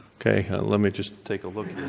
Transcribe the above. okay? let me just take a look.